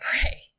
pray